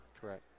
Correct